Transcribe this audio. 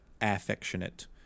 affectionate